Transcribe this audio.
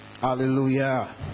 Hallelujah